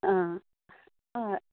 आं आं